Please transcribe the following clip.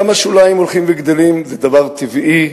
גם השוליים הולכים וגדלים, זה דבר טבעי.